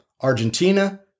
Argentina